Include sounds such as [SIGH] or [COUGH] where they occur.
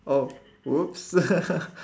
oh whoops [LAUGHS]